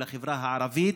לחברה הערבית,